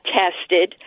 tested